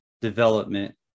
development